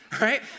right